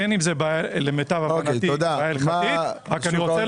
אין לדעתי עם זה בעיה הלכתית רק אני רוצה